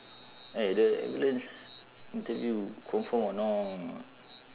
eh the ambulance interview confirm or not